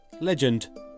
LEGEND